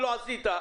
ולא עשיתם.